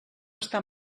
estar